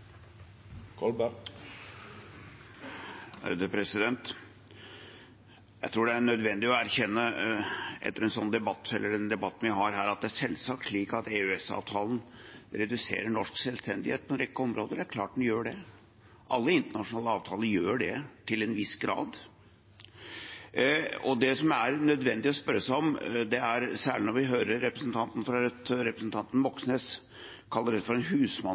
tror jeg det er nødvendig å erkjenne at det selvsagt er slik at EØS-avtalen reduserer norsk selvstendighet på en rekke områder, det er klart at den gjør det. Alle internasjonale avtaler gjør til en viss grad det. Det som er nødvendig å si – særlig når vi hører representanten Moxnes fra Rødt kalle dette for en husmannskontrakt